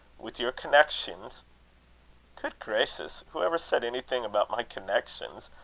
with your connexions good gracious! who ever said anything about my connexions?